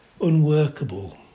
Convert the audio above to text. unworkable